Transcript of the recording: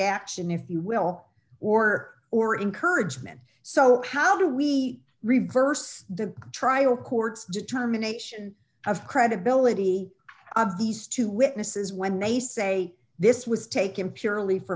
action if you will or or encouragement so how do we reverse the trial court's determination of credibility of these two witnesses when they say this was taken purely for